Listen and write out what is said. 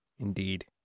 Indeed